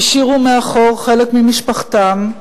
השאירו מאחור חלק ממשפחתם,